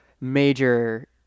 major